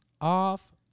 Off